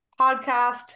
podcast